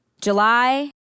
July